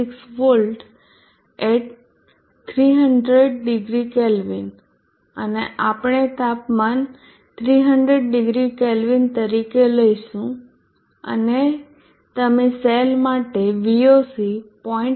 026 V 300 degree kelvin અને આપણે તાપમાન 300 ડીગ્રી કેલ્વિન તરીકે લઈશું અને તમે સેલ માટે Voc 0